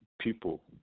people